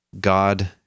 God